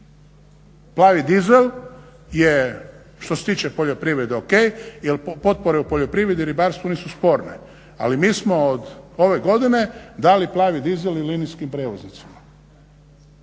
Plavi dizel je što se tiče poljoprivrede ok jer potpore u poljoprivredi i ribarstvu nisu sporne, ali mi smo od ove godine dali plavi dizel i linijskim prijevoznicima